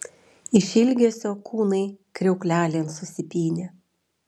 iš ilgesio kūnai kriauklelėn susipynė